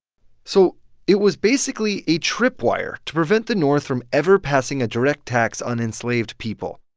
so it was basically a tripwire to prevent the north from ever passing a direct tax on enslaved people